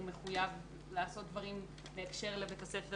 מחויב לעשות דברים בהקשר לבית הספר,